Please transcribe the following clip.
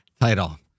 title